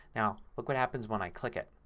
now look what happens when i click it.